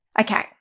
Okay